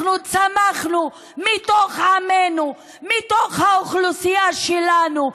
אנחנו צמחנו מתוך עמנו, מתוך האוכלוסייה שלנו,